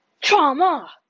trauma